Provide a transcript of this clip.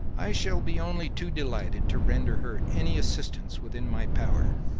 i shall be only too delighted to render her any assistance within my power.